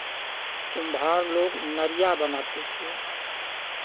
कुम्हार लोग नरिया बनाते थे